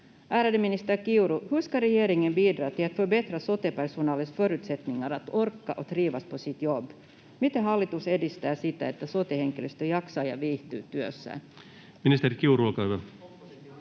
Ärade minister Kiuru, hur ska regeringen bidra till att förbättra sote-personalens förutsättningar att orka och trivas på sitt jobb? Miten hallitus edistää sitä, että sote-henkilöstö jaksaa ja viihtyy työssään? Ministeri Kiuru, olkaa hyvä.